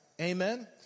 Amen